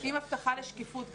עם הבטחה לשקיפות גם.